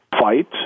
fight